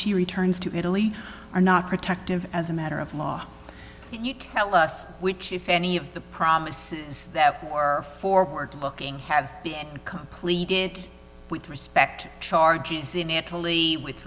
she returns to italy are not protective as a matter of law you tell us which if any of the promises that were forward looking have been complete it with respect charges in italy with